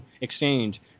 exchange